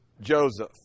Joseph